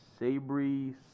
Sabri